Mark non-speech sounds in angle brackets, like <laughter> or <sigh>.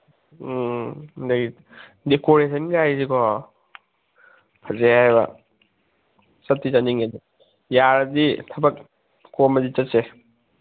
ꯎꯝ ꯑꯗꯒꯤ <unintelligible> ꯐꯖꯩ ꯍꯥꯏꯕ ꯆꯠꯇꯤ ꯆꯠꯅꯤꯡꯉꯦ ꯑꯗꯨ ꯌꯥꯔꯗꯤ ꯊꯕꯛ ꯀꯣꯝꯃꯗꯤ ꯆꯠꯁꯦ